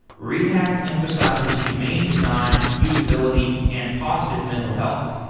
rehack emphasizes humane design, usability and positive mental health.